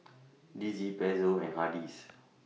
D C Pezzo and Hardy's